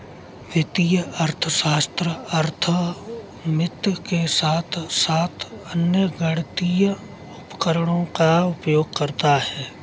वित्तीय अर्थशास्त्र अर्थमिति के साथ साथ अन्य गणितीय उपकरणों का उपयोग करता है